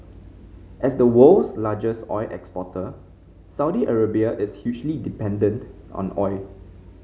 as the world's largest oil exporter Saudi Arabia is hugely dependent on oil